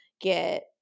get